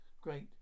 Great